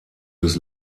des